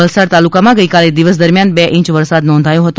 વલસાડ તાલુકામાં ગઈકાલે દિવસ દરમિયાન બે ઇંચ વરસાદ નોંધાયો હતો